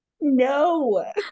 No